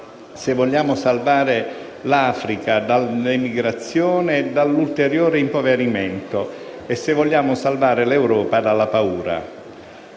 se vogliamo salvare l'Africa dall'emigrazione e dall'ulteriore impoverimento e l'Europa dalla paura.